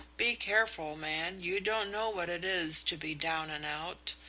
be careful, man. you don't know what it is to be down and out.